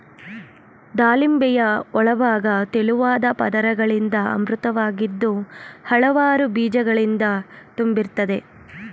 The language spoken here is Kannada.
ದಾಳಿಂಬೆಯ ಒಳಭಾಗ ತೆಳುವಾದ ಪದರಗಳಿಂದ ಆವೃತವಾಗಿದ್ದು ಹಲವಾರು ಬೀಜಗಳಿಂದ ತುಂಬಿರ್ತದೆ